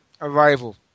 Arrival